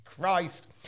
Christ